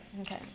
okay